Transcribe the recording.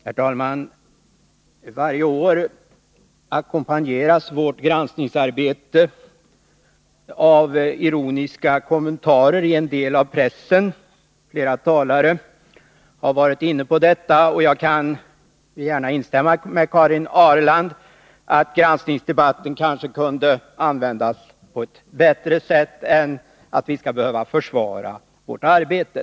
Herr talman! Varje år ackompanjeras vårt granskningsarbete av ironiska kommentarer i delar av pressen. Flera talare har varit inne på detta. Jag kan gärna instämma med Karin Ahrland i att granskningsdebatten kanske kunde användas på ett bättre sätt än till att inrymma försvar för vårt arbete.